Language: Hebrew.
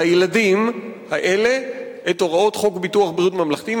הילדים האלה את הוראות חוק ביטוח בריאות ממלכתי.